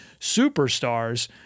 superstars